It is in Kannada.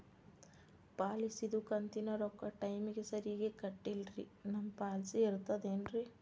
ಪಾಲಿಸಿದು ಕಂತಿನ ರೊಕ್ಕ ಟೈಮಿಗ್ ಸರಿಗೆ ಕಟ್ಟಿಲ್ರಿ ನಮ್ ಪಾಲಿಸಿ ಇರ್ತದ ಏನ್ರಿ?